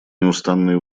неустанные